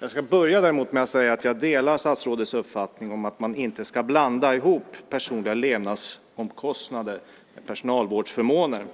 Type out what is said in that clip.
Jag ska börja med att säga att jag delar statsrådets uppfattning om att man inte ska blanda ihop personliga levnadsomkostnader med personalvårdsförmåner.